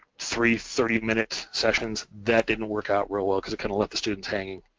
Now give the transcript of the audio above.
three thirty minute sessions, that didn't work out real well cause it kind of left the students hanging